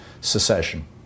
secession